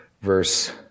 verse